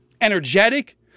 energetic